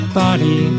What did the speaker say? body